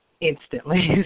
instantly